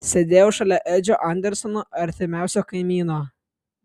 sėdėjau šalia edžio andersono artimiausio kaimyno